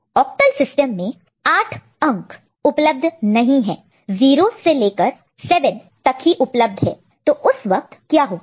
octal system में 8 उपलब्ध नहीं है 0 से लेकर 7 तक ही उपलब्ध है तो उस वक्त क्या होगा